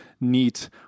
neat